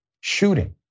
shooting